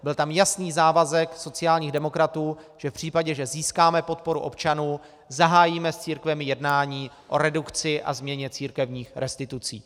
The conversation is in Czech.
Byl tam jasný závazek sociálních demokratů, že v případě, že získáme podporu občanů, zahájíme s církvemi jednání o redukci a změně církevních restitucí.